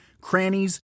crannies